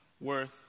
worth